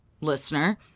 listener